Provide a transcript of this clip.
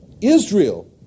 Israel